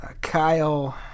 Kyle